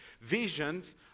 Visions